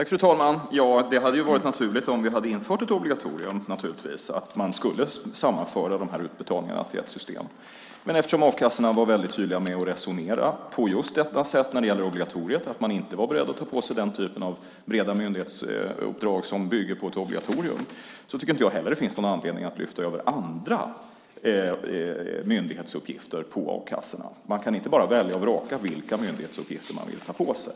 Fru talman! Det hade varit naturligt om vi hade infört ett obligatorium att sammanföra utbetalningarna till ett system. Men eftersom a-kassorna var väldigt tydliga när det gäller obligatoriet med att man inte var beredda att ta på sig den typen av breda myndighetsuppdrag som bygger på ett obligatorium, tycker jag inte heller att det finns någon anledning att lyfta över andra myndighetsuppgifter på a-kassorna. Man kan inte bara välja och vraka vilka myndighetsuppgifter man vill ta på sig.